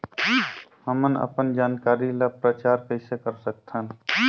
हमन अपन जानकारी ल प्रचार कइसे कर सकथन?